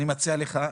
אני מציע לך,